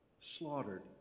slaughtered